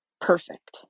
perfect